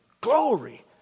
Glory